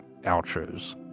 outros